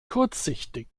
kurzsichtig